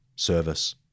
service